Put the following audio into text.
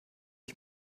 ich